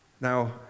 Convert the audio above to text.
Now